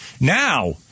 Now